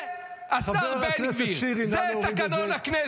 זה, השר בן גביר, זה תקנון הכנסת.